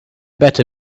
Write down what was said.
better